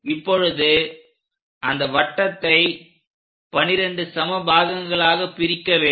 இப்பொழுது அந்த வட்டத்தை 12 சம பாகங்களாகப் பிரிக்க வேண்டும்